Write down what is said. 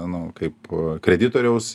nu kaip kreditoriaus